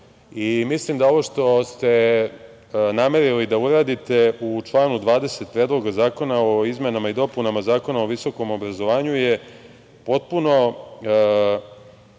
mislim da ovo što ste namerili da uradite u članu 20. Predloga zakona o izmenama i dopunama Zakona o visokom obrazovanju je potpuno,